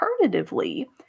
Alternatively